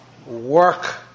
work